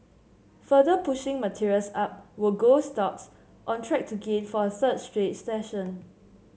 further pushing materials up were gold stocks on track to gain for a third straight session